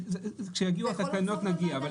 כשיגיעו התקנות נגיע.